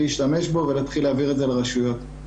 להשתמש בו ולהעביר את זה לרשויות.